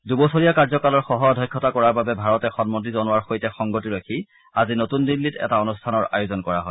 দুবছৰীয়া কাৰ্যকালৰ সহ অধ্যক্ষতা কৰাৰ বাবে ভাৰতে সন্মতি জনোৱাৰ সৈতে সংগতি ৰাখি আজি নতুন দিন্নীত এটা অনুষ্ঠানৰ আয়োজন কৰা হয়